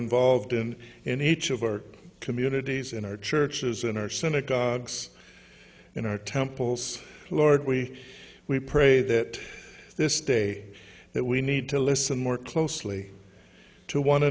involved in in each of our communities in our churches and our synagogues in our temples lord we we pray that this day that we need to listen more closely to one